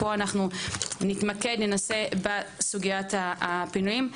פה אנחנו ננסה להתמקד בסוגיית הפינויים,